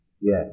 Yes